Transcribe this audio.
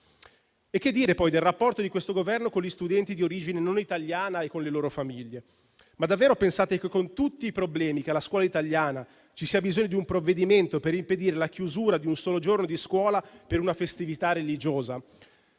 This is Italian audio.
E che dire poi del rapporto di questo Governo con gli studenti di origine non italiana e con le loro famiglie? Ma davvero pensate che, con tutti i problemi che ha la scuola italiana, ci sia bisogno di un provvedimento per impedire la chiusura di un solo giorno di scuola per una festività religiosa?